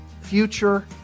future